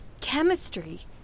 chemistry